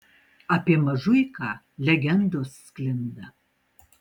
apie mažuiką legendos sklinda